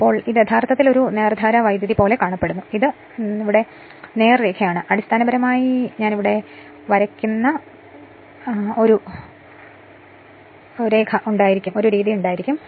അപ്പോൾ ഇത് യഥാർത്ഥത്തിൽ ഒരു നേർധാരാ വൈദ്യുതി പോലെ കാണപ്പെടുന്നു നിങ്ങൾ നേർരേഖയാണ് എന്നാൽ അടിസ്ഥാനപരമായി അതിന് ഞാനിവിടെ വരയ്ക്കുന്ന ഒരു ഉണ്ടായിരിക്കും